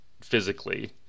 physically